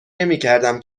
نمیکردم